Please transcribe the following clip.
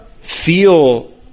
feel